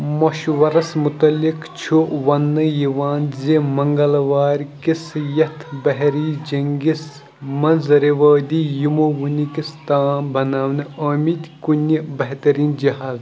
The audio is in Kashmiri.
مشورس مُتعلق چھُ وننہٕ یِوان زِ منگلوارِ کِس یتھ بہری جنٛگِس منٛز رِوٲدی یِمو وٕنِکِس تام بناونہٕ ٲمٕتۍ کُنہِ بہتریٖن جہا